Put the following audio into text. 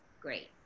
great